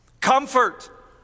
Comfort